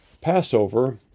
Passover